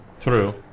True